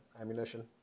ammunition